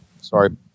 Sorry